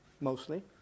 mostly